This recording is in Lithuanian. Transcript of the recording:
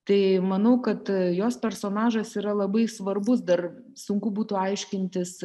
tai manau kad jos personažas yra labai svarbus dar sunku būtų aiškintis